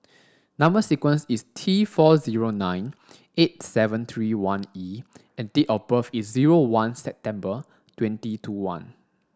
number sequence is T four zero nine eight seven three one E and date of birth is zero one September twenty two one